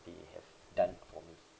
they have done for me